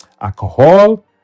Alcohol